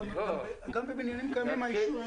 גם בבניינים קיימים עם האישור,